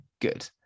Good